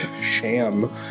sham